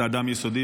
אתה אדם יסודי,